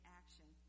action